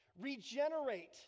Regenerate